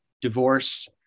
divorce